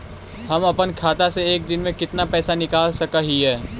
हम अपन खाता से एक दिन में कितना पैसा निकाल सक हिय?